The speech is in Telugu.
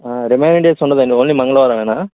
రిమైనింగ్ డేస్ ఉండదాండి ఓన్లీ మంగళవారమేనా